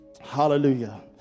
hallelujah